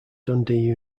dundee